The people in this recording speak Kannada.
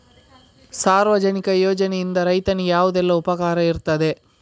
ಸಾರ್ವಜನಿಕ ಯೋಜನೆಯಿಂದ ರೈತನಿಗೆ ಯಾವುದೆಲ್ಲ ಉಪಕಾರ ಇರ್ತದೆ?